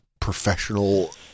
professional